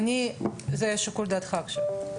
זה לשיקול דעתך היושב ראש.